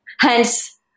Hence